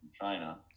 China